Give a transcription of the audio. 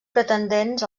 pretendents